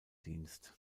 dienst